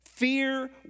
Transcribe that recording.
Fear